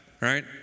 right